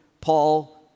Paul